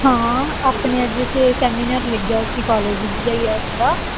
ਹਾਂ ਆਪਣੇ ਅੱਜ ਇੱਥੇ ਸੈਮੀਨਾਰ ਲੱਗਿਆ ਸੀ college D I S the